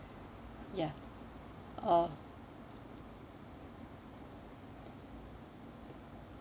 ya uh